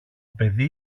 παιδί